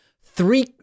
Three